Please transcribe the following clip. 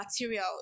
material